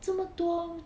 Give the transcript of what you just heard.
这么多